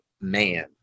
man